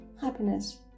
happiness